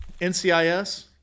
NCIS